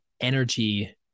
energy